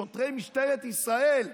שוטרי משטרת ישראל,